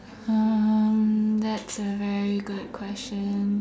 um that's a very good question